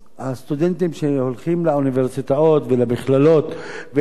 הסטודנטים שהולכים לאוניברסיטאות ולמכללות ואלה